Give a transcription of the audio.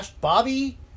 Bobby